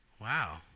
wow